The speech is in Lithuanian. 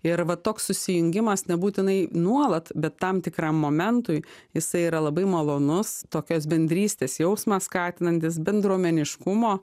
ir va toks susijungimas nebūtinai nuolat bet tam tikram momentui jisai yra labai malonus tokios bendrystės jausmą skatinantis bendruomeniškumo